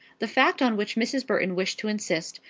the fact on which mrs. burton wished to insist,